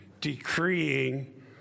decreeing